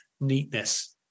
neatness